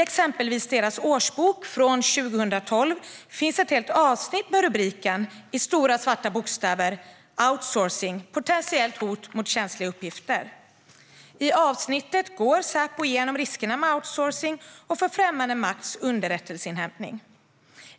Exempelvis finns i Säpos årsbok från 2012 ett helt avsnitt med rubriken "Outsourcing - potentiellt hot mot känsliga uppgifter" i stora svarta bokstäver. I det avsnittet går Säpo igenom riskerna med outsourcing när det gäller främmande makts underrättelseinhämtning.